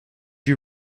you